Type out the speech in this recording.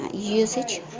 Usage